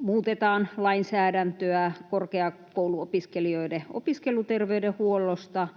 muutetaan lainsäädäntöä korkeakouluopiskelijoiden opiskeluterveydenhuollosta.